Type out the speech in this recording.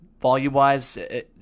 Volume-wise